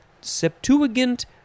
Septuagint